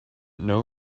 know